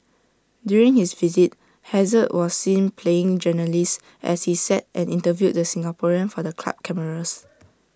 during his visit hazard was seen playing journalist as he sat and interviewed the Singaporean for the club cameras